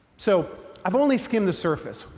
so i've only skimmed the surface,